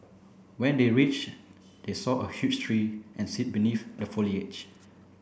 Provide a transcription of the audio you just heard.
when they reached they saw a huge tree and sit beneath the foliage